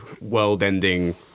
world-ending